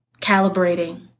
calibrating